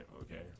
okay